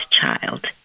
child